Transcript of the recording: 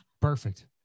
perfect